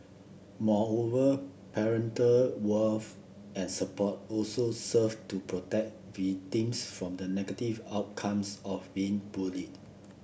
moreover parental warmth and support also serve to protect victims from the negative outcomes of being bullied